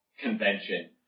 convention